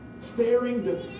staring